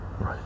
right